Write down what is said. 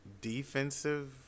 Defensive